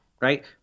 Right